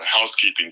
housekeeping